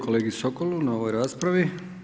kolegi Sokolu na ovoj raspravi.